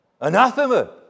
anathema